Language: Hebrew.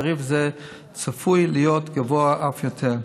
תעריף זה צפוי להיות גבוה אף יותר.